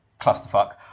clusterfuck